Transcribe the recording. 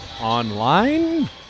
online